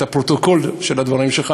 את הפרוטוקול של הדברים שלך,